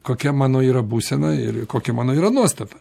kokia mano yra būsena ir kokia mano yra nuostata